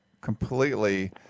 completely